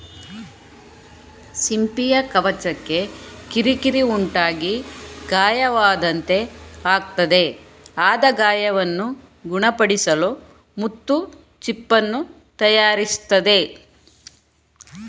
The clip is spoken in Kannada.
ಸಿಂಪಿಯ ಕವಚಕ್ಕೆ ಕಿರಿಕಿರಿ ಉಂಟಾಗಿ ಗಾಯವಾದಂತೆ ಆಗ್ತದೆ ಆದ ಗಾಯವನ್ನು ಗುಣಪಡಿಸಲು ಮುತ್ತು ಚಿಪ್ಪನ್ನು ತಯಾರಿಸ್ತದೆ